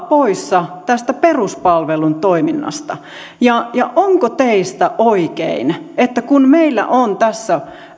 poissa peruspalvelun toiminnasta ja ja onko teistä oikein että kun meillä on tässä